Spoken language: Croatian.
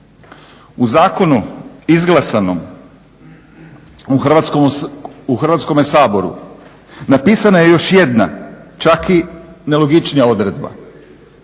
U zakonu izglasanom u Hrvatskom saboru napisana je još jedna čak i nelogičnija odredba,